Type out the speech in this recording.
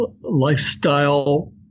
lifestyle